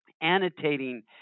annotating